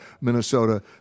Minnesota